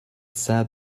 said